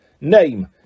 Name